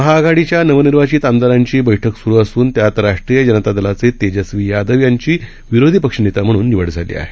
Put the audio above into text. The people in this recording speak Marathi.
महाआघाडीच्या नवनिर्वाचित आमदारांची बैठक सुरु असून त्यात राष्ट्रीय जनता दलाचे तेजस्वी यादव यांची विरोधीपक्ष नेता म्हणून निवड झाली आहे